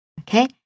okay